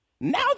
Now